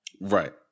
Right